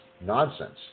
nonsense